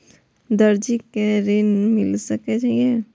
दर्जी कै ऋण मिल सके ये?